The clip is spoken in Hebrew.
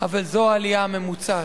אבל זו העלייה הממוצעת.